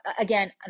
again